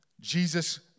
Jesus